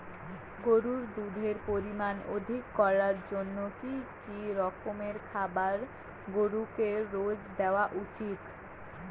গরুর দুধের পরিমান অধিক করার জন্য কি কি রকমের খাবার গরুকে রোজ দেওয়া উচিৎ?